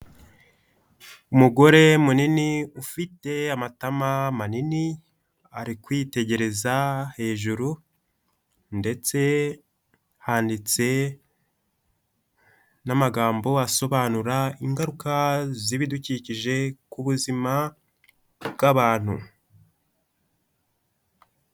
Umugore munini ufite amatama manini ari kwitegereza hejuru ndetse handitse amagambo asobanura ingaruka zibidukikije ku buzima bw'abantu.